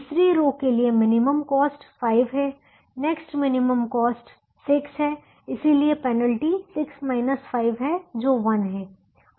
तीसरी रो के लिए मिनिमम कॉस्ट 5 है नेक्स्ट मिनिमम कॉस्ट 6 है इसलिए पेनल्टी 6 5 है जो 1 है